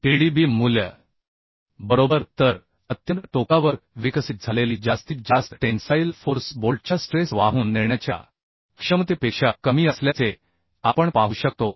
tdb मूल्य बरोबर तर अत्यंत टोकावर विकसित झालेली जास्तीत जास्त टेन्साईल फोर्स बोल्टच्या स्ट्रेस वाहून नेण्याच्या क्षमतेपेक्षा कमी असल्याचे आपण पाहू शकतो